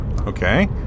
Okay